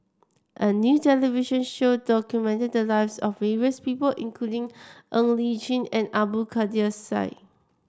a new television show documented the lives of various people including Ng Li Chin and Abdul Kadir Syed